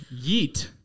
Yeet